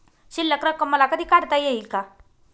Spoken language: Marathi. शिल्लक रक्कम मला कधी काढता येईल का?